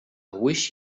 wish